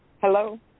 Hello